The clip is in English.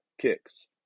kicks